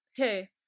Okay